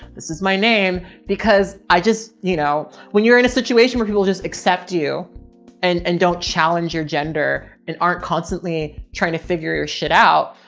this is my name because i just, you know, when you're in a situation where people just accept you and and don't challenge your gender and aren't constantly trying to figure your shit out,